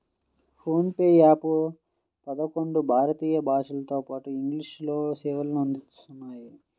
phone pay app పదకొండు భారతీయ భాషలతోపాటు ఇంగ్లీష్ లోనూ సేవలు అందిస్తున్నాయి